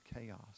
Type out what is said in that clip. chaos